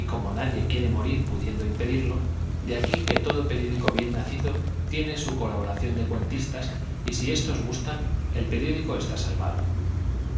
y como nadie morir quiere pudiendo impedirlo de aquí qrie todo periódico bien nacido tiene su colabora ción de cuentistas y si éstos gustan el periódico está salvado